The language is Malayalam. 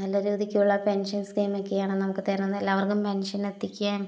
നല്ല രീതിക്കുള്ള പെന്ഷന് സ്കീമൊക്കെയാണ് നമുക്ക് തരുന്നത് എല്ലാവര്ക്കും പെന്ഷന് എത്തിക്കുകയും